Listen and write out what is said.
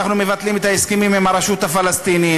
אנחנו מבטלים את ההסכמים עם הרשות הפלסטינית,